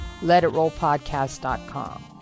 LetItRollPodcast.com